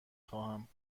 خواهم